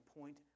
point